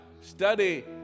study